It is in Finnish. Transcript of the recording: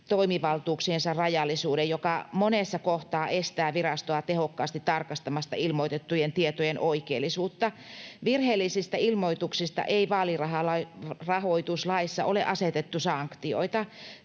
toimivaltuuksiensa rajallisuuden, joka monessa kohtaa estää virastoa tehokkaasti tarkastamasta ilmoitettujen tietojen oikeellisuutta. Virheellisistä ilmoituksista ei vaalirahoituslaissa ole asetettu sanktioita.